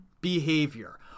behavior